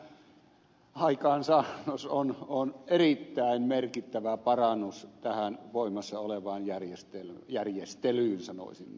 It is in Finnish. minusta tämä aikaansaannos on erittäin merkittävä parannus tähän voimassa olevaan sanoisin järjestelyyn nähden